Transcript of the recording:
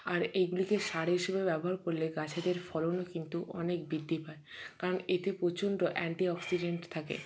আর এইগুলিকে সার হিসেবে ব্যবহার করলে গাছেদের ফলনও কিন্তু অনেক বৃদ্ধি পায় কারণ এতে প্রচণ্ড অ্যান্টিঅক্সিজেন্ট থাকে